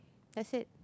that is